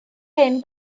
hen